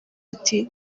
ati